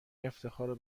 افتخار